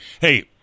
Hey